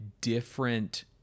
different